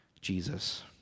Jesus